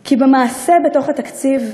כי במעשה, בתוך התקציב,